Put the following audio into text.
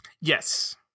Yes